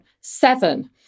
seven